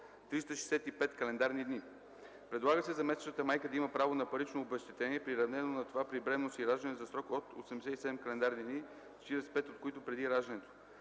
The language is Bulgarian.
365 календарни дни. Предлага се заместващата майка да има право на парично обезщетение, приравнено на това при бременност и раждане за срок от 87 календарни дни, 45 от които преди раждането.